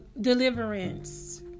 Deliverance